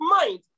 mind